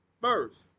first